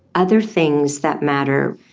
other things that matter,